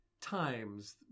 Times